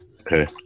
Okay